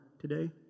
today